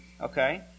okay